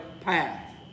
path